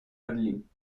berlín